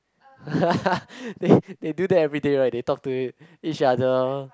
they they do that everyday right they talk to each other